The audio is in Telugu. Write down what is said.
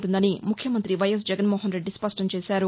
ించిందని ముఖ్యమంతి వైఎస్ జగన్మోహన్ రెడ్డి స్పష్టం చేశారు